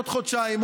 עוד חודשיים,